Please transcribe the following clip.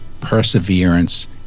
perseverance